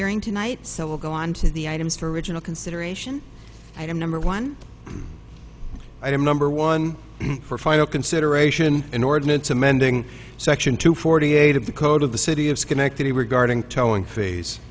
hearing tonight so we'll go on to the items for original consideration item number one item number one for final consideration in ordinance amending section two forty eight of the code of the city of schenectady regarding telling phase